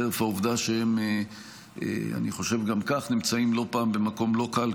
חרף העובדה שהם גם כך נמצאים לא פעם במקום לא קל,